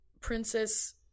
Princess